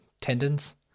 tendons